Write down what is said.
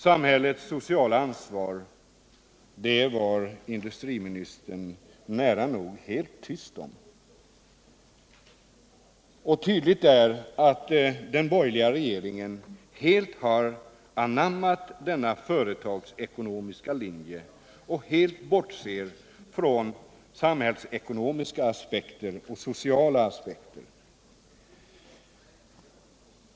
Samhällets sociala ansvar var industriministern nära nog helt tyst om. Och tydligt är att den borgerliga regeringen helt har anammat denna företagsekonomiska linje och helt bortser från samhällsekonomiska och sociala aspekter.